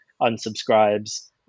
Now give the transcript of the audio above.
unsubscribes